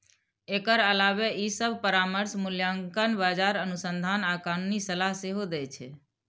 एकर अलावे ई सभ परामर्श, मूल्यांकन, बाजार अनुसंधान आ कानूनी सलाह सेहो दै छै